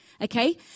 okay